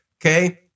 okay